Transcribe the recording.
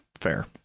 fair